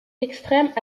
extrêmes